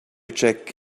jack